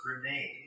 grenade